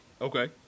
Okay